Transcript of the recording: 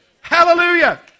Hallelujah